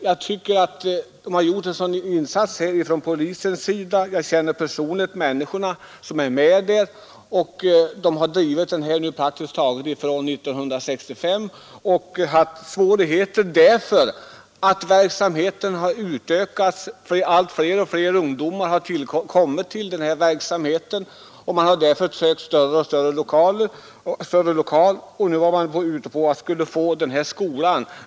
Jag känner också personligen människorna som drivit verksamheten praktiskt taget ändå från 1965. De har haft svårigheter med verksamheten som utökats med allt fler ungdomar. Därför har man sökt större lokaler och förmodligen utgått ifrån att man skulle få förfoga över den i utskottsutlåtandet åberopade skolan.